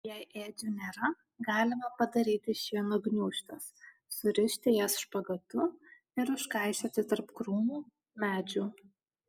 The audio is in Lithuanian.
jei ėdžių nėra galima padaryti šieno gniūžtes surišti jas špagatu ir užkaišioti tarp krūmų medžių